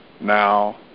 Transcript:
now